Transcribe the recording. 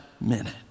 minute